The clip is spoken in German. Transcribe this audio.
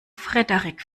frederik